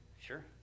sure